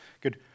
good